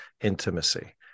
intimacy